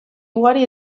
ugari